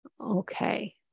Okay